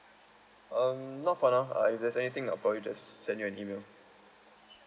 um not for now uh if there's anything I'll probably just send you an email